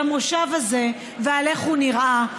על המושב הזה ועל איך הוא נראה,